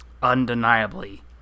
Undeniably